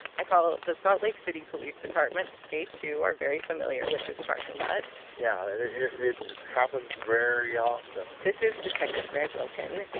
i call the salt lake city police department. they, too, are very familiar with this parking lot yeah, it happens very often this is detective greg wilking.